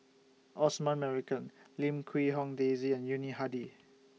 Osman Merican Lim Quee Hong Daisy and Yuni Hadi